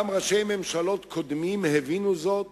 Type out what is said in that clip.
גם ראשי ממשלות קודמים הבינו זאת